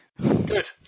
Good